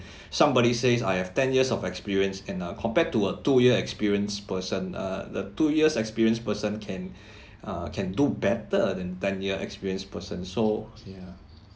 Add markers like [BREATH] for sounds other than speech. [BREATH] somebody says I have ten years of experience and uh compared to a two year experienced person err the two years experienced person can [BREATH] uh can do better than ten year experienced person so ya